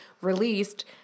released